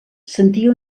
sentia